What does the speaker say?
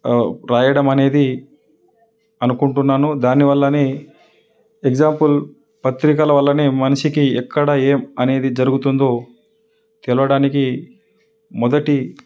రాయడం అనేది అనుకుంటున్నాను దాని వల్లనే ఎగ్జాంపుల్ పత్రికల వల్లనే మనిషికి ఎక్కడ ఏం అనేది జరుగుతుందో తెలియడానికి మొదటి